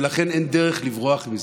ולכן אין דרך לברוח מזה,